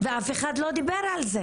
ואף אחד לא דיבר על זה